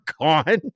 gone